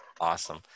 Awesome